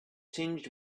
tinged